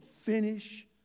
finish